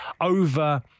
over